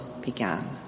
began